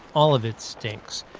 all of it stinks.